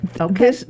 Okay